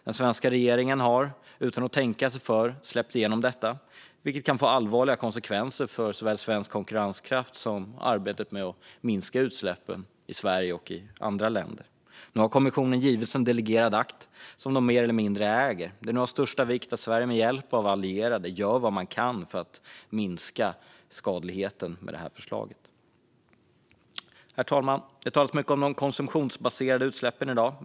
Den svenska regeringen har utan att tänka sig för släppt igenom detta, vilket kan få allvarliga konsekvenser för såväl svensk konkurrenskraft som arbetet med att minska utsläppen i Sverige och i andra länder. Nu har kommissionen givits en delegerad akt, som de mer eller mindre äger. Det är nu av största vikt att Sverige med hjälp av allierade gör vad man kan för att minska skadligheten med detta förslag. Herr talman! Det talas mycket om de konsumtionsbaserade utsläppen i dag.